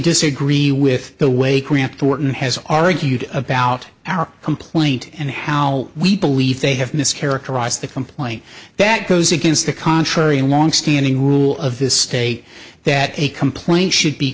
disagree with the way cramped orton has argued about our complaint and how we believe they have mischaracterized the complaint that goes against the contrary a longstanding rule of the state that a complaint should be